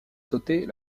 sauter